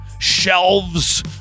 shelves